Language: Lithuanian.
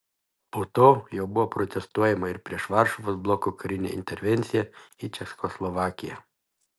po to jau buvo protestuojama ir prieš varšuvos bloko karinę intervenciją į čekoslovakiją